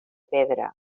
pedra